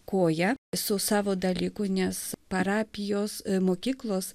koja su savo dalyku nes parapijos mokyklos